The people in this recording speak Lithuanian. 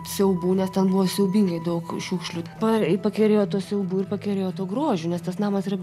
siaubų nes ten buvo siaubingai daug šiukšlių par ji pakerėjo tuo siaubu ir pakerėjo tuo grožio nes tas namas yra